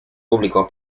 público